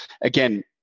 again